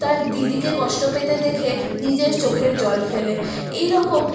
তার দিদিকে কষ্ট পেতে দেখে নিজের চোখের জল ফেলে এই রকম